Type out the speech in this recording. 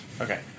Okay